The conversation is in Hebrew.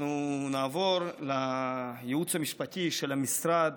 אנחנו נעבור לייעוץ המשפטי של המשרד,